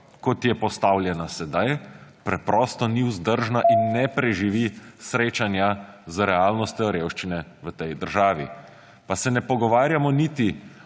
kot je postavljena sedaj, preprosto ni vzdržna in ne preživi srečanja z realnostjo revščine v tej državi. Pa se ne pogovarjamo niti